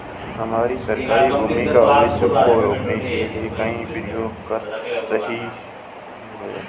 हमारी सरकार भूमि अवक्रमण को रोकने के लिए कई प्रयास कर रही है